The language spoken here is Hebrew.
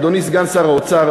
אדוני סגן שר האוצר,